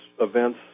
events